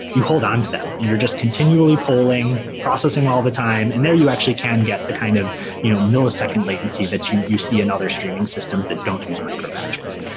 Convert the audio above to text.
you hold on to them and you're just continually pulling, processing all the time and there you actually can get the kind of you know millisecond latency that you you see in other streaming systems that don't use micro-batches.